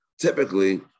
typically